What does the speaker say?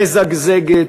מזגזגת,